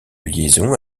liaison